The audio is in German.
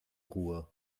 ruhe